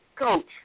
Coach